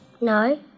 No